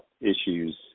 issues